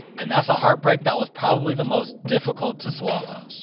and that's a heartbreak that was probably the most difficult to swallow,